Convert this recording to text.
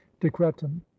decretum